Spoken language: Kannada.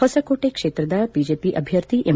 ಹೊಸಕೋಟೆ ಕ್ಷೇತ್ರದ ಬಿಜೆಪಿ ಅಭ್ವರ್ಥಿ ಎಂ